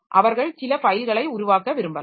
அவர்கள் சில ஃபைல்களை உருவாக்க விரும்பலாம்